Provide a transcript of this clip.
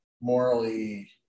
morally